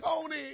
Tony